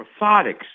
orthotics